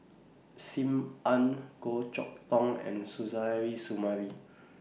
SIM Ann Goh Chok Tong and Suzairhe Sumari